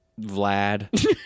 Vlad